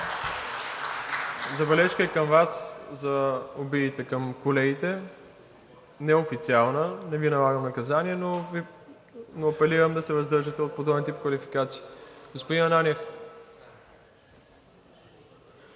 забележка и към Вас за обидите към колегите – неофициална. Не Ви налагам наказание, но апелирам да се въздържате от подобен тип квалификации. Господин Ананиев.